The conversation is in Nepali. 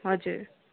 हजुर